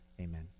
Amen